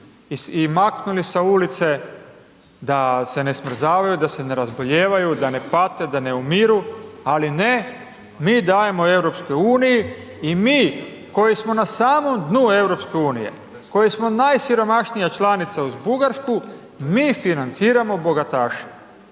i maknuli sa ulice da se ne smrzavaju, da se ne razbolijevaju, da ne pate da ne umiru, ali ne mi dajemo EU i mi koji smo na samom dnu EU, koji smo najsiromašnija članica uz Bugarsku mi financiramo bogataše.